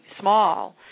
small